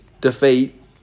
defeat